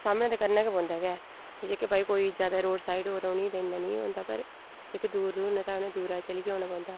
सामना ते करना गै पौंदा ऐ ते जेह्के भाई कोई जैदा रोड़ साईड होऐ ते उ'नें गी इन्ना निं होंदा पर ते जेह्के दूर दूर न तां उ'नें गी दूरा चलियै औना पौंदा